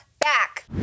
back